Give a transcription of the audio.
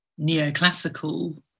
neoclassical